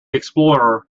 explorer